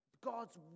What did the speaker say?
God's